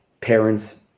Parents